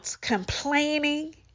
complaining